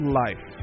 life